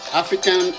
african